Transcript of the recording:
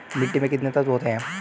मिट्टी में कितने तत्व होते हैं?